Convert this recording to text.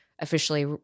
officially